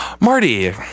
Marty